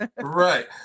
Right